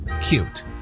cute